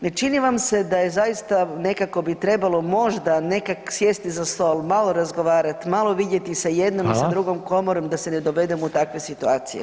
Ne čini vam se da je zaista nekako bi trebalo možda nekako sjesti za stol, malo razgovarati, malo vidjeti sa jednom i sa drugom komorom da se ne dovedemo u takve situacije.